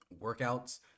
workouts